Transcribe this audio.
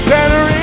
Better